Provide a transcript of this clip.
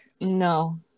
no